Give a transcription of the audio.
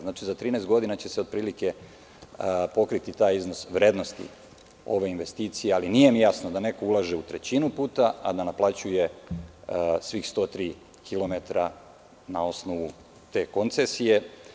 Znači, za 13 godina će se otprilike pokriti taj iznos vrednosti ove investicije, ali mi nije jasno da neko ulaže u trećinu puta, a da naplaćuje svih 103 kilometara na osnovu te koncesije.